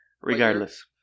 Regardless